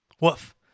Woof